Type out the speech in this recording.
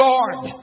Lord